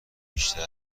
بیشتر